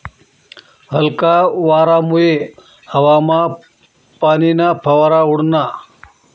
हलका वारामुये हवामा पाणीना फवारा उडना